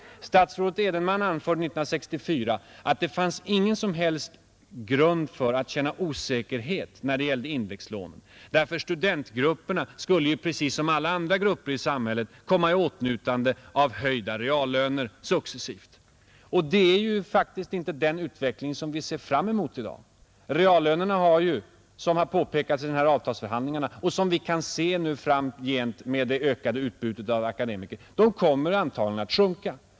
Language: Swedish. Statsrådet Edenman anförde 1964 att det fanns ingen som helst grund för att känna osäkerhet när det gällde indexlånen, för studentgruppen skulle ju precis som alla andra grupper i samhället successivt komma i åtnjutande av höjda reallöner. Det är faktiskt inte den utvecklingen som vi ser fram emot i dag. Reallönerna har sjunkit — det har påpekats i avtalsförhandlingarna — och kommer framgent som vi kan se nu, med det ökade utbudet av akademiker, antagligen att sjunka.